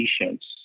patients